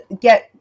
get